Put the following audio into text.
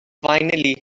finally